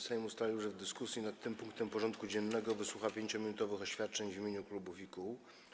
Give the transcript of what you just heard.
Sejm ustalił, że w dyskusji nad tym punktem porządku dziennego wysłucha 5-minutowych oświadczeń w imieniu klubów i kół.